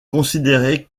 considéré